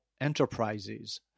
enterprises